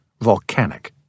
volcanic